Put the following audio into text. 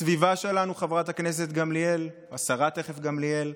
בסביבה שלנו, חברת הכנסת גמליאל, תכף השרה גמליאל,